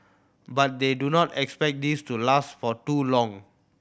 but they do not expect this to last for too long